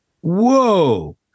Whoa